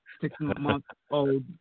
six-month-old